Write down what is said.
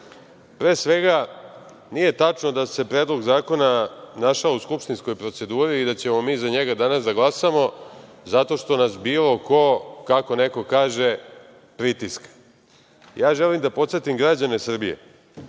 svega, nije tačno da se Predlog zakona našao u skupštinskoj proceduri i da ćemo mi za njega danas da glasamo zato što nas bilo ko, kako neko kaže, pritiska. Želim da podsetim građane Srbije